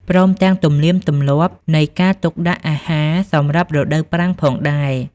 ព្រមទាំងទំនៀមទម្លាប់នៃការទុកដាក់អាហារសម្រាប់រដូវប្រាំងផងដែរ។